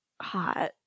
hot